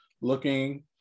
looking